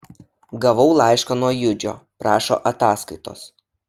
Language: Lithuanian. gavau laišką nuo judžio prašo ataskaitos